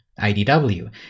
IDW